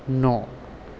न'